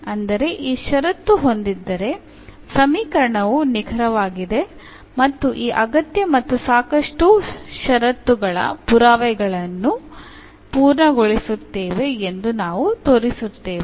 ಅಂದರೆ ಈ ಷರತ್ತು ಹೊಂದಿದ್ದರೆ ಸಮೀಕರಣವು ನಿಖರವಾಗಿದೆ ಮತ್ತು ಈ ಅಗತ್ಯ ಮತ್ತು ಸಾಕಷ್ಟು ಷರತ್ತುಗಳ ಪುರಾವೆಗಳನ್ನು ಪೂರ್ಣಗೊಳಿಸುತ್ತೇವೆ ಎಂದು ನಾವು ತೋರಿಸುತ್ತೇವೆ